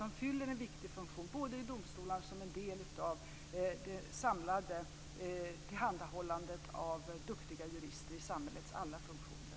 De fyller en viktig funktion som en del av det samlade tillhandahållandet av duktiga jurister i samhällets alla funktioner.